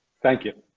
thank you.